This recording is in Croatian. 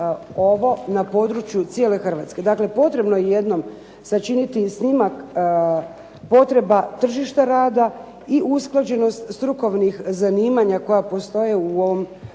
cijelom području Hrvatske. Dakle, potrebno je jednom sačiniti snimak potreba tržišta rada i usklađenost strukovnih zanimanja koje postoje u ovom